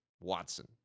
Watson